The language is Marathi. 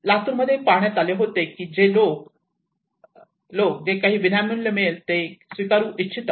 लातूरमध्ये पहाण्यात आले की लोक जे काही विनामूल्य मिळेल ते काहीही स्वीकारू इच्छितात